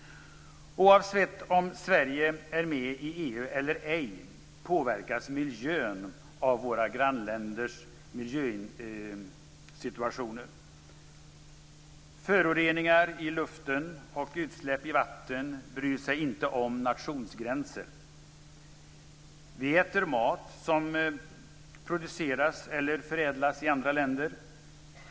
Oavsett om Sverige är med i EU eller ej påverkas miljön av våra grannländers miljösituation. Föroreningar i luften och utsläpp i vatten bryr sig inte om nationsgränser. Vi äter mat som produceras eller förädlas i andra länder.